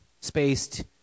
spaced